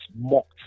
mocked